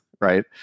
right